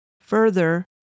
Further